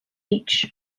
each